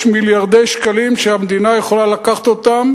יש מיליארדי שקלים שהמדינה יכולה לקחת אותם,